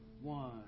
One